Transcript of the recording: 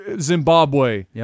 Zimbabwe